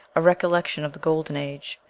a recollection of the golden age.